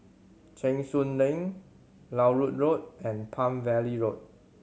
Cheng Soon Lane Larut Road and Palm Valley Road